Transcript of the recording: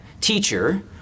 teacher